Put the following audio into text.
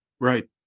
Right